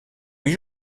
huit